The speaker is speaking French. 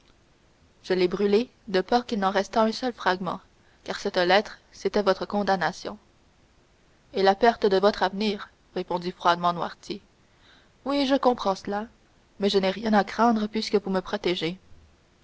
je l'ai brûlée de peur qu'il n'en restât un seul fragment car cette lettre c'était votre condamnation et la perte de votre avenir répondit froidement noirtier oui je comprends cela mais je n'ai rien à craindre puisque vous me protégez